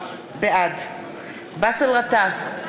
בעד באסל גטאס,